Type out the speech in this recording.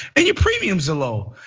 and your premiums are low.